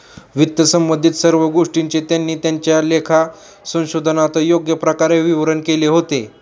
वित्तसंबंधित सर्व गोष्टींचे त्यांनी त्यांच्या लेखा संशोधनात योग्य प्रकारे विवरण केले होते